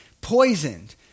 poisoned